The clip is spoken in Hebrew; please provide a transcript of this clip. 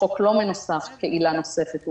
החוק לא מנוסח כעילה נוספת.